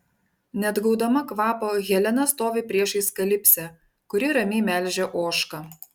neatgaudama kvapo helena stovi priešais kalipsę kuri ramiai melžia ožką